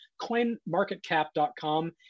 coinmarketcap.com